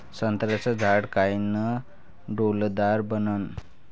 संत्र्याचं झाड कायनं डौलदार बनन?